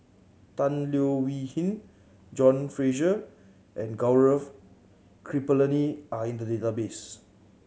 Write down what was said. Tan Leo Wee Hin John Fraser and Gaurav Kripalani are in the database